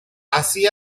así